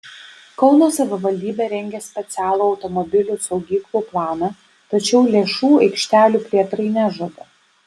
kauno savivaldybė rengia specialų automobilių saugyklų planą tačiau lėšų aikštelių plėtrai nežada